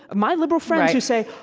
ah my liberal friends, who say,